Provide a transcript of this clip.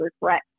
regret